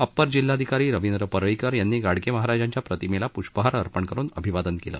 upper जिल्हाधिकारी रवींद्र परळीकर यांनी गाडगे महाराजांच्या प्रतिमेला पृष्पहार अर्पण करुन अभिवादन केलं